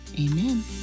Amen